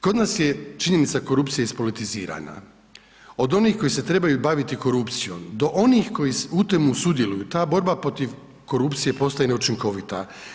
Kod nas je činjenica korupcije ispolitizirana, od onih koji se trebaju baviti korupciju, do onih koji u tome sudjeluju, ta borba protiv korupcije, postaje neučinkovita.